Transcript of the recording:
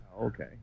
okay